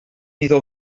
iddo